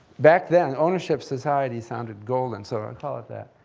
back then, ownership society sounded golden, so i called it that.